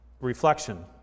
reflection